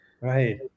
Right